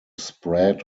spread